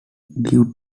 due